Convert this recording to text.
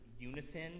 unison